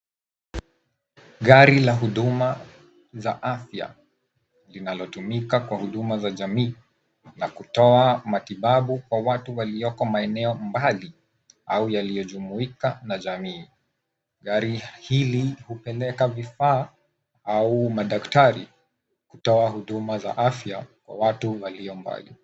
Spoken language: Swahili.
Gari la huduma za afya linalotumika kwa huduma za jamii kwa kutoa matibabu kwa watu walioko maeneo mbali au yaliyojumuika na jamii. Gari hili upeleka vifaa au madaktari kutoa huduma za afya kwa watu walio mbali.